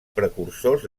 precursors